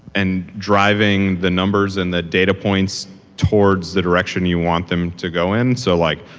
and driving the numbers and the data points towards the direction you want them to go in. so like,